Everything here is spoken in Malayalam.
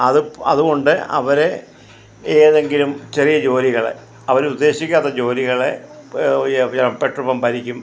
അത് അതുകൊണ്ട് അവരെ ഏതെങ്കിലും ചെറിയ ജോലികൾ അവരുദ്ദേശിക്കാത്ത ജോലികളെ പെട്രോൾ പമ്പായിരിക്കും